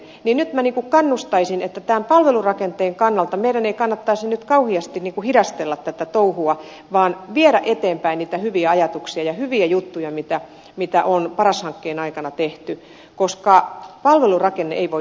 nyt minä kannustaisin että tämän palvelurakenteen kannalta meidän ei kannattaisi nyt kauheasti hidastella tätä touhua vaan viedä eteenpäin niitä hyviä ajatuksia ja hyviä juttuja mitä on paras hankkeen aikana tehty koska palvelurakenne ei voi odottaa